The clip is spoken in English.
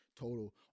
total